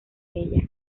ella